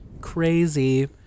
Crazy